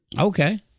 Okay